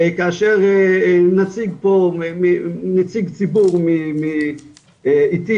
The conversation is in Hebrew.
כאשר נציג פה, נציג ציבור מ"עתים".